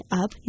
up